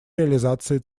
реализации